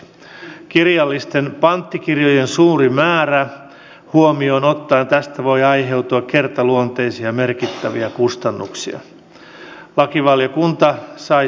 kirjallisten panttikirjojen suuri määrä huomioon ottaen tästä voi aiheutua kertaluonteisia merkittäviä kustannuksia